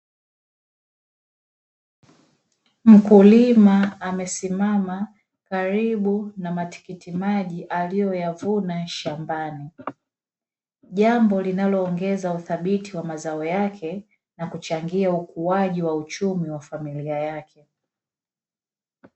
Mkulima amesimama karibu na matikiti maji aliyoyavuna shambani, jambo linaloongeza uthabiti wa mazao yake na kuchangia ukuaji wa uchumi wa familia yake.